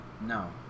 No